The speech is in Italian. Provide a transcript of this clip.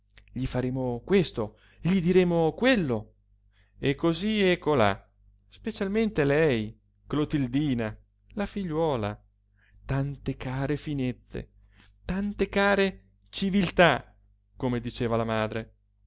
gli faremo questo gli diremo quello e cosí e colà specialmente lei clotildina la figliuola tante care finezze tante care civiltà come diceva la madre